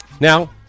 now